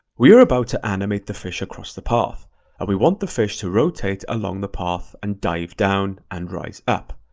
we are about to animate the fish across the path, and we want the fish to rotate along the path and dive down and rise up.